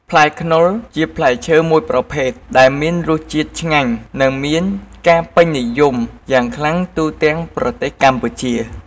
ផ្លែខ្នុរជាផ្លែរឈើមួយប្រភេទដែលមានរសជាតិឆ្ងាញ់ និងមានការពេញនិយមយ៉ាងខ្លាំងទូទាំងប្រទេសកម្ពុជា។